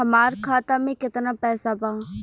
हमार खाता में केतना पैसा बा?